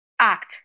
act